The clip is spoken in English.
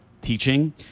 teaching